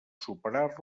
superar